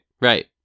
Right